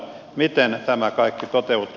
miten tämä kaikki toteutuu